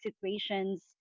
situations